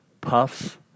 puffs